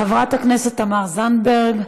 חברת הכנסת תמר זנדברג,